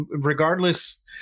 regardless